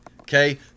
Okay